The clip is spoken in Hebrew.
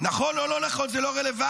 נכון או לא נכון זה לא רלוונטי.